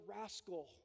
rascal